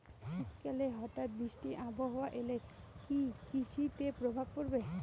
শীত কালে হঠাৎ বৃষ্টি আবহাওয়া এলে কি কৃষি তে প্রভাব পড়বে?